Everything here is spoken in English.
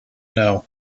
know